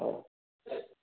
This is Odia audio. ହଉ ହଉ